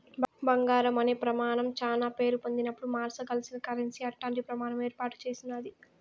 బంగారం అనే ప్రమానం శానా పేరు పొందినపుడు మార్సగలిగిన కరెన్సీ అట్టాంటి ప్రమాణం ఏర్పాటు చేసినాది